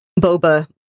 boba